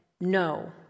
no